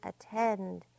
attend